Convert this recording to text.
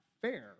fair